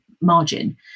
margin